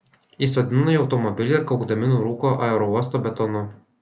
įsodino į automobilį ir kaukdami nurūko aerouosto betonu